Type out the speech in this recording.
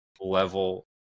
level